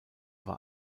war